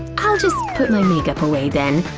i'll just put my makeup away then.